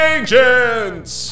Ancients